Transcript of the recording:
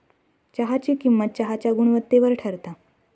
चहाची किंमत चहाच्या गुणवत्तेवर ठरता